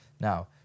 Now